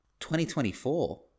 2024